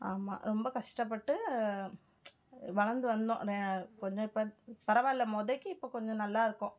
ஆமாம் ரொம்ப கஷ்டப்பட்டு வளர்ந்து வந்தோம் கொஞ்சம் இபபோ பரவாயில்லை மொதைக்கு இப்போ கொஞ்சம் நல்லா இருக்கோம்